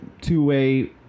two-way